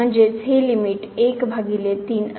तर हे लिमिट 1 भागिले 3 असेल